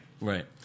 Right